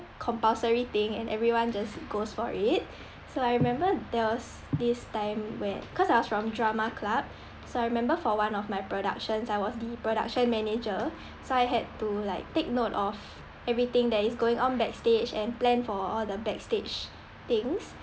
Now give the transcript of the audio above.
compulsory thing and everyone just goes for it so I remember there was this time where cause I was from drama club so I remember for one of my productions I was the production manager so I had to like take note of everything that is going on backstage and plan for all the backstage things